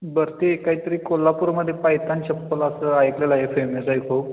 बरं ते काय तरी कोल्हापूरमध्ये पायताण चप्पल असं ऐकलेलं आहे फेमस आहे खूप